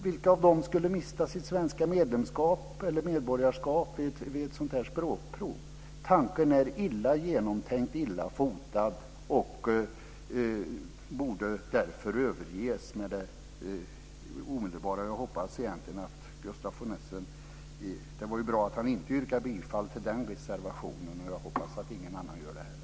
Vilka av dem skulle mista sitt svenska medborgarskap vid ett sådant här språkprov? Förslaget är illa genomtänkt och illa fotat, och det borde därför överges omedelbart. Det var bra att Gustaf von Essen inte yrkade bifall till den reservationen, och jag hoppas att ingen annan gör det heller.